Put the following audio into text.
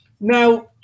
Now